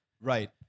Right